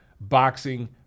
boxing